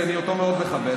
שאני אותו מאוד מחבב,